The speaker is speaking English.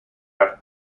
backed